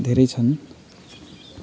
धेरै छन्